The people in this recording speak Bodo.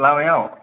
लामायाव